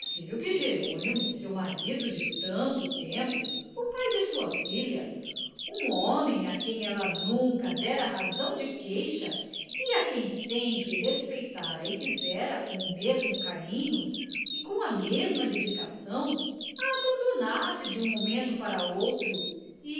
o jerônimo seu marido de tanto tempo o pai de sua filha um homem a quem ela nunca dera razão de queixa e a quem sempre respeitara e quisera com o mesmo carinho e com a mesma dedicação a abandonasse de um momento para outro